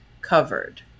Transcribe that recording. covered